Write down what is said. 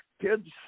kids